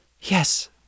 Yes